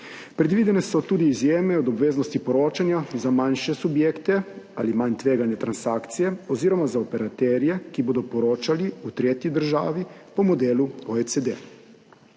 Predvidene so tudi izjeme od obveznosti poročanja za manjše subjekte ali manj tvegane transakcije oziroma za operaterje, ki bodo poročali v tretji državi po modelu OECD.